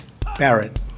Barrett